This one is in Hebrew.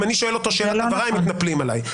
אם אני שואל אותו שאלת הבהרה מתנפלים עלי.